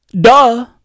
Duh